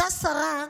אותה שרה,